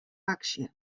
aksje